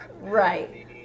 Right